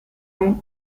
line